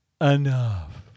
enough